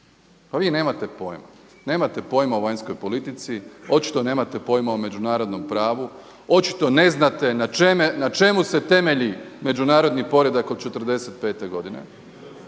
pa vi nemate pojma. Nemate pojma o vanjskoj politici! Očito nemate pojma o međunarodnom pravu. Očito ne znate na čemu se temelji međunarodni poredak od '45. godine?